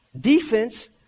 defense